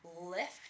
lift